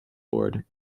board